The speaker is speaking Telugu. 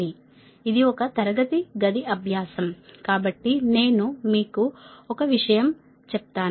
ఇది ఒక తరగతి గది అభ్యాసం కాబట్టి నేను మీకు ఒక విషయం చెప్తాను